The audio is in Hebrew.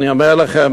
אני אומר לכם,